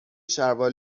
شلوار